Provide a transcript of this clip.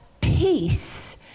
peace